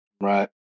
Right